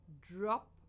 Drop